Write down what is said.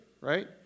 right